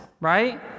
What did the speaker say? right